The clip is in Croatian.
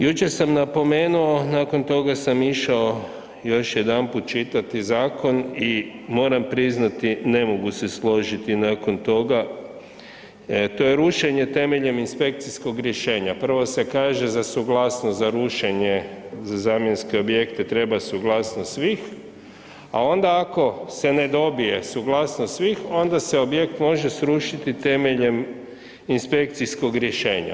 Jučer sam napomenuo, nakon toga sam išao još jedanput čitati zakon i moram priznati ne mogu se složiti nakon toga, to je rušenje temeljem inspekcijskog rješenja, prvo se kaže za suglasnost za rušenje za zamjenske objekte treba suglasnost svih, a onda ako se ne dobije suglasnost svih onda se objekt može srušiti temeljem inspekcijskog rješenja.